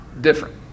different